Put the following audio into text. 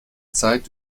zeit